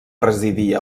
residir